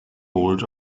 board